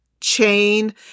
chain